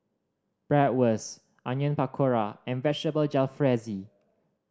Bratwurst Onion Pakora and Vegetable Jalfrezi